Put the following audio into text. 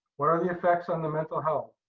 what are the effects on the mental health,